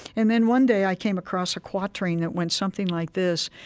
and then one day i came across a quatrain that went something like this,